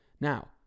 Now